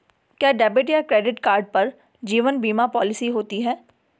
क्या डेबिट या credit card पर जीवन बीमा पॉलिसी होती है?